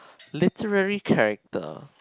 literary character